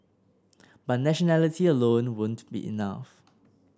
but nationality alone won't be enough